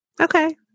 Okay